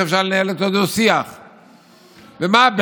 איך אפשר לנהל איתו דו-שיח?